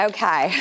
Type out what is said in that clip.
Okay